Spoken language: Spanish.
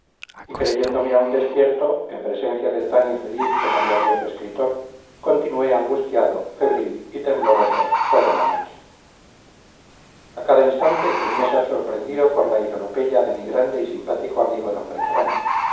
y creyéndome aún despierto en presencia del tan infeliz como glorioso escritor continué angustiado febril y tembloroso toda la noche a cada instante temía ser sorprendido por la idolopeya de mi grande y simpático amigo d beltrán